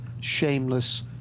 Shameless